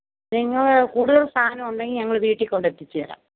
നിങ്ങൾ കൂടുതല് സാധനം ഉണ്ടെങ്കില് ഞങ്ങൾ വീട്ടില് കൊണ്ടെത്തിച്ച് തരാം